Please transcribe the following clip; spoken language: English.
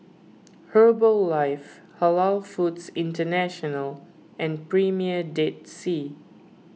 Herbalife Halal Foods International and Premier Dead Sea